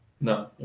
No